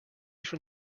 from